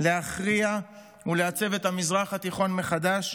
להכריע ולעצב את המזרח התיכון מחדש,